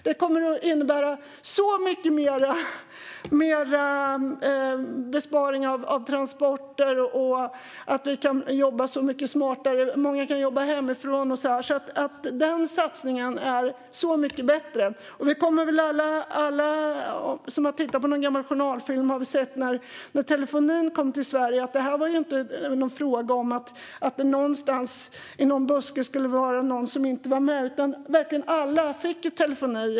Det skulle innebära så mycket större besparing av transporter och göra att vi kan jobba så mycket smartare. Många skulle kunna jobba hemifrån och så vidare. En sådan satsning vore så mycket bättre. Alla vi som har tittat på gamla journalfilmer har sett hur det var när telefonin kom till Sverige. Det var inte fråga om att det skulle finnas någon i en buske någonstans som inte var med, utan verkligen alla fick telefoni.